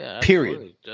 Period